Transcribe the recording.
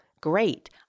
great